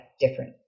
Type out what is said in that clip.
different